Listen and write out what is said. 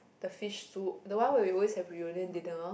the fish soup the one we always have reunion dinner